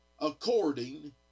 according